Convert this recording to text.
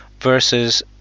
versus